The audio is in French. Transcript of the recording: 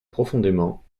profondément